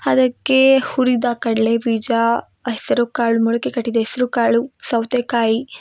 ಅದಕ್ಕೆ ಹುರಿದ ಕಡಲೆ ಬೀಜ ಹೆಸರು ಕಾಳು ಮೊಳಕೆ ಕಟ್ಟಿದ ಹೆಸರು ಕಾಳು ಸೌತೇಕಾಯಿ